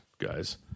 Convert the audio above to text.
guys